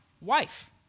wife